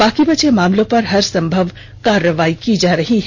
बाकी बचे मामलों पर हर संभव कार्रवाई की जा रही है